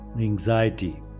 Anxiety